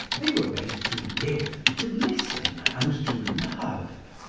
they were made to live, to listen, and to love.